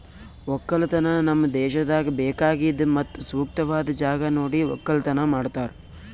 ಒಕ್ಕಲತನ ನಮ್ ದೇಶದಾಗ್ ಬೇಕಾಗಿದ್ ಮತ್ತ ಸೂಕ್ತವಾದ್ ಜಾಗ ನೋಡಿ ಒಕ್ಕಲತನ ಮಾಡ್ತಾರ್